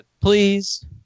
Please